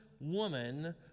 woman